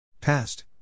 Past